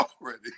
already